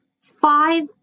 five